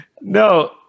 No